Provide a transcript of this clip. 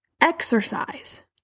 Exercise